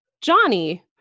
Johnny